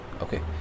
Okay